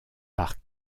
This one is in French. par